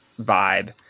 vibe